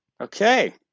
Okay